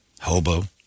hobo